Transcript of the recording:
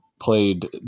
played